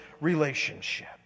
relationship